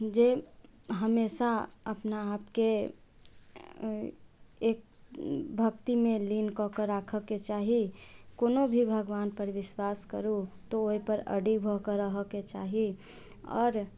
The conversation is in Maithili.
जे हमेशा अपना आपके एक भक्ति मे लीन कऽ के राखऽ के चाही कोनो भी भगवान पर विश्वास करू तऽ ओहि पर अडिग भऽ के रहऽके चाही आओर